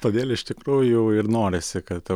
todėl iš tikrųjų ir norisi kad